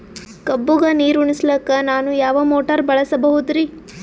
ಕಬ್ಬುಗ ನೀರುಣಿಸಲಕ ನಾನು ಯಾವ ಮೋಟಾರ್ ಬಳಸಬಹುದರಿ?